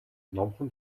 номхон